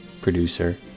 producer